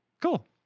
Cool